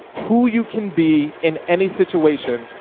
who you can be in any situation,